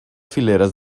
fileres